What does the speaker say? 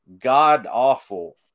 god-awful